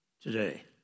today